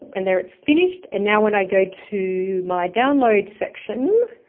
and there it's finished. and now when i go to my download section,